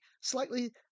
slightly